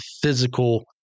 physical